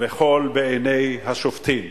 וחול בעיני השובתים.